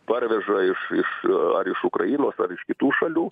parveža iš iš ar iš ukrainos ar iš kitų šalių